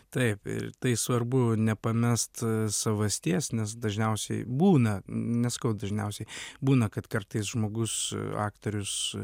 taip ir tai svarbu nepamest savasties nes dažniausiai būna nesakau dažniausiai būna kad kartais žmogus aktorius